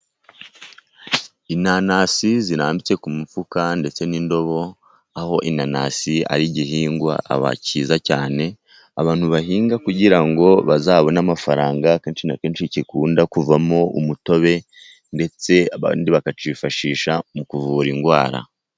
Inanasi zirambitse ku mufuka ndetse n’indobo, aho inanasi ari igihingwa cyiza cyane. Abantu bahinga kugira ngo bazabone amafaranga. Akenshi na kenshi gikunda kuvamo umutobe, ndetse abandi bakakifashisha mu kuvura indwara.